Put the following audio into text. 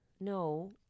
No